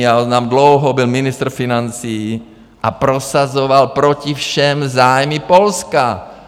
On tam dlouho byl ministrem financí a prosazoval proti všem zájmy Polska.